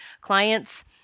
clients